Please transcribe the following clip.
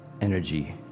energy